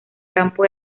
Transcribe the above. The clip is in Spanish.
campo